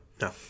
no